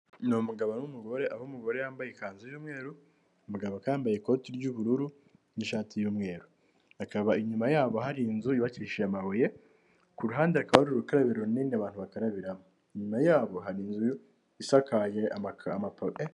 Ni umugabo n'umugore aho umugore yambaye ikanzu y'umweru umugabo akaba yambaye ikoti ry'ubururu n'ishati yu'umweru, hakaba inyuma yabo hari inzu yubakishije amabuye, ku ruhande hakaba hari urukarabiro runini abantu bakarabiramo, inyuma yabo hari inzu isakaye amapave.